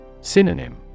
Synonym